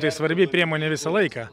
tai svarbi priemonė visą laiką